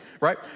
right